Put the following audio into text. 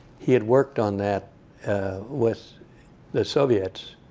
he had worked on that with the soviets,